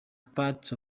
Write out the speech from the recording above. part